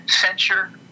censure